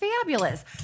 fabulous